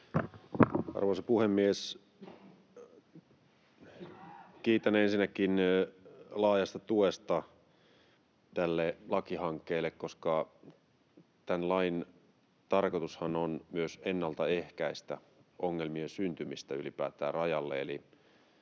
Arvoisa puhemies! Kiitän ensinnäkin laajasta tuesta tälle lakihankkeelle, koska tämän lain tarkoitushan on myös ennaltaehkäistä ongelmien syntymistä ylipäätään rajalle.